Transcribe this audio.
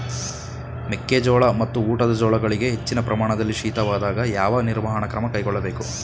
ಮೆಕ್ಕೆ ಜೋಳ ಮತ್ತು ಊಟದ ಜೋಳಗಳಿಗೆ ಹೆಚ್ಚಿನ ಪ್ರಮಾಣದಲ್ಲಿ ಶೀತವಾದಾಗ, ಯಾವ ನಿರ್ವಹಣಾ ಕ್ರಮ ಕೈಗೊಳ್ಳಬೇಕು?